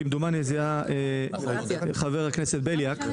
כמדומני זה היה חבר הכנסת בליאק,